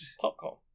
Popcorn